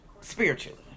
spiritually